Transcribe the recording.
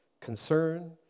concern